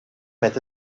met